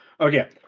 Okay